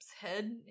head